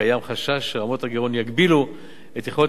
קיים חשש שרמות הגירעון יגבילו את יכולת